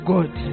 God